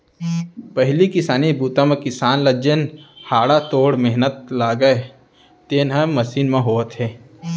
पहिली किसानी बूता म किसान ल जेन हाड़ा तोड़ मेहनत लागय तेन ह मसीन म होवत हे